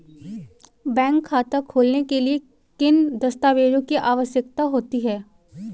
Bank खाता खोलने के लिए किन दस्तावेज़ों की आवश्यकता होती है?